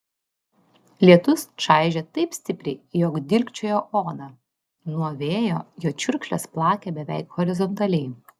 lietus čaižė taip stipriai jog dilgčiojo odą nuo vėjo jo čiurkšlės plakė beveik horizontaliai